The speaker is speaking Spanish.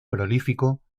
prolífico